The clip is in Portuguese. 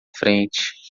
frente